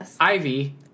Ivy